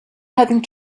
having